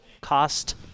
cost